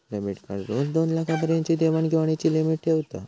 debit card रोज दोनलाखा पर्यंतची देवाण घेवाणीची लिमिट ठेवता